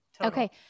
Okay